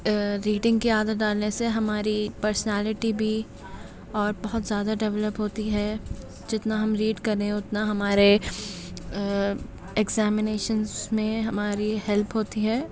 reading کی عادت ڈالنے سے ہماری پرسانلٹی بھی اور بہت زیادہ ڈیولپ ہوتی ہے جتنا ہم ریڈ کر رہے ہیں اتنا ہمارے ایگزامینیشنس میں ہماری ہیلپ ہوتی ہے